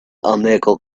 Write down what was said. unequal